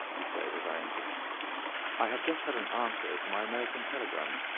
he said, as i entered i have just had an answer to my american telegram.